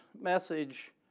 message